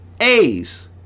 A's